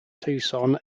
tucson